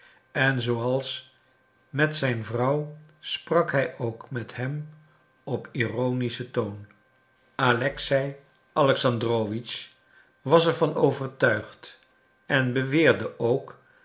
en zooals met zijn vrouw sprak hij ook met hem op ironischen toon alexei alexandrowitsch was er van overtuigd en beweerde ook